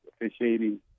officiating